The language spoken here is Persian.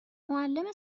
معلم